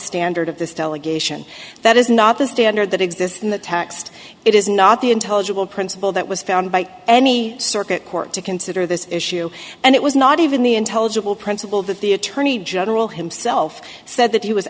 standard of this delegation that is not the standard that exists in the text it is not the intelligible principle that was found by any circuit court to consider this issue and it was not even the intelligible principle that the attorney general himself said that he was